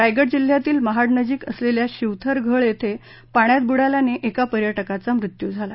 रायगड जिल्हयातील महाडनजिक असलेल्या शिवथर घळ येथे पाण्यात बुडाल्याने एका पर्यटकाचा मृत्यू झाला